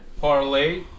parlay